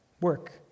work